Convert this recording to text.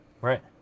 right